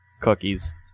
cookies